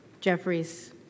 Jeffries